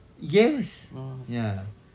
yes ya